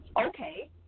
okay